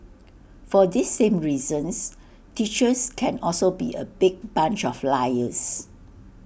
for these same reasons teachers can also be A big bunch of liars